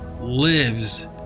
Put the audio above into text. lives